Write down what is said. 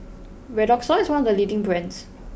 Redoxon is one of the leading brands